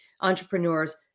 entrepreneurs